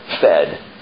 fed